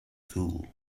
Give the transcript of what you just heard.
cool